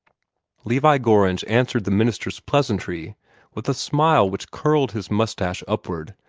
levi gorringe answered the minister's pleasantry with a smile which curled his mustache upward,